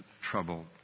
trouble